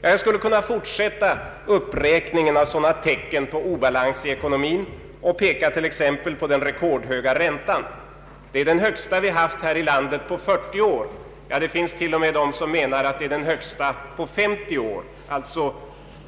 Jag skulle kunna fortsätta uppräkningen av tecken på obalans i ekonomin och peka t.ex. på den rekordhöga räntan. Det är den högsta ränta vi haft här i landet på 40 år. Det finns t.o.m. de som menar att den är den högsta på 50 år och att man